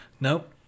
Nope